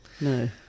No